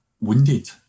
wounded